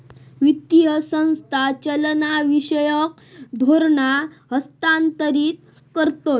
वित्तीय संस्था चालनाविषयक धोरणा हस्थांतरीत करतत